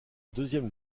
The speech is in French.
deuxième